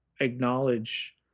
acknowledge